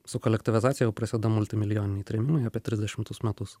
su kolektyvizacija jau prasideda multimilijoniniai trėmimai apie trisdešimtus metus